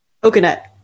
Coconut